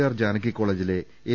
R Janaki കോളേജിലെ M